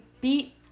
beat